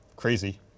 Crazy